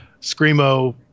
screamo